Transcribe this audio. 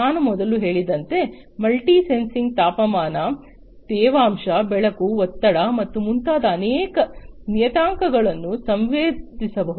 ನಾನು ಮೊದಲು ಹೇಳಿದಂತೆ ಮಲ್ಟಿ ಸೆನ್ಸಿಂಗ್ ತಾಪಮಾನ ತೇವಾಂಶ ಬೆಳಕು ಒತ್ತಡ ಮತ್ತು ಮುಂತಾದ ಅನೇಕ ನಿಯತಾಂಕಗಳನ್ನು ಸಂವೇದಿಸ ಬಹುದು